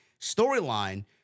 storyline